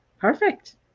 perfect